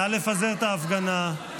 נא לפזר את ההפגנה.